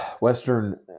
Western